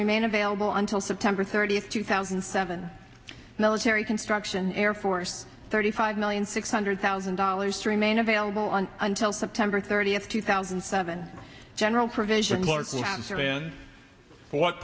remain available until september thirtieth two thousand and seven military construction air force thirty five million six hundred thousand dollars to remain available on until september thirtieth two thousand and seven general provision